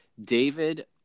David